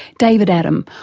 david adam,